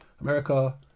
America